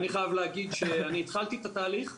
אני חייב להגיד שאני התחלתי את התהליך,